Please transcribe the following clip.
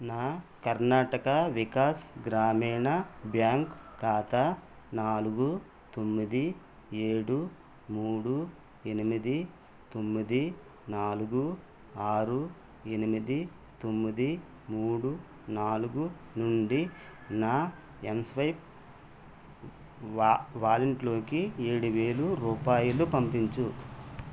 నా కర్ణాటక వికాస్ గ్రామీణ బ్యాంక్ ఖాతా నాలుగు తొమ్మిది ఏడు మూడు ఎనిమిది తొమ్మిది నాలుగు ఆరు ఎనిమిది తొమ్మిది మూడు నాలుగు నుండి నా ఎంస్వైప్ వా వాలెట్లోకి ఏడు వేలు రూపాయలు పంపించుము